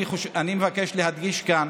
אני מבקש להדגיש כאן